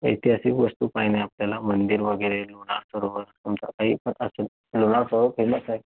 ऐतिहासिक वस्तू पाहणे आपल्याला मंदिर वगैरे लोणार सरोवर तुमचं काही पण असेल लोणार सरोवर फेमस आहे